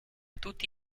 tutti